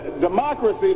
democracy